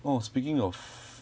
orh speaking of